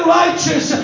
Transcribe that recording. righteous